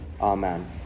Amen